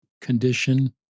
condition